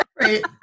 right